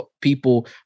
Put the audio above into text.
people